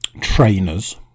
trainers